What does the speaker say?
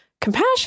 compassion